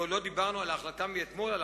ועוד לא דיברנו על ההחלטה מאתמול על